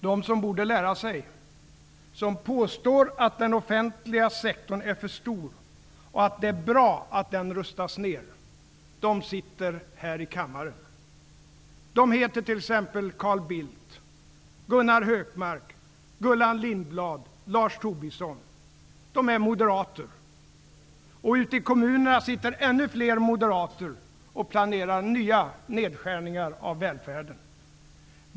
De som borde lära sig, de som påstår att den offentliga sektorn är för stor och att det är bra att den rustas ned, de sitter här i kammaren. De heter t.ex. Carl Bildt, Gunnar Hökmark, Gullan Lindblad och Lars Tobisson. De är moderater. Och ute i kommunerna sitter ännu fler moderater och planerar nya nedskärningar av välfärden.